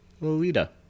Lolita